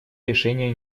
решения